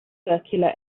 circular